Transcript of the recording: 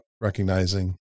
recognizing